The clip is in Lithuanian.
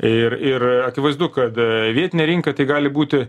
ir ir akivaizdu kad vietinė rinka tai gali būti